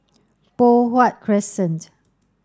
Poh Huat Crescent